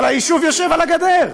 אבל היישוב יושב על הגדר,